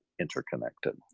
interconnected